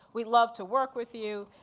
we'd love to work with you.